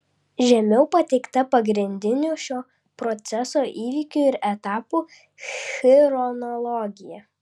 žemiau pateikta pagrindinių šio proceso įvykių ir etapų chronologija